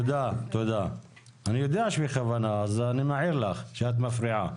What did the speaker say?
אני יודע שבכוונה, אז מעיר לך שאת מפריעה.